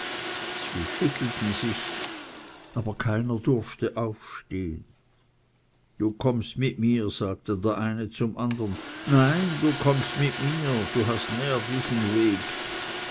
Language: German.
schüttelten sich aber keiner durfte aufstehen du kommst mit mir sagte der eine zum andern nein du kommst mit mir du hast näher diesen weg